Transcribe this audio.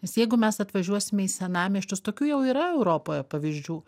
nes jeigu mes atvažiuosime į senamiesčius tokių jau yra europoje pavyzdžių